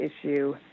issue